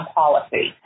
policy